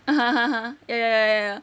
(uh huh) (uh huh) ya ya ya ya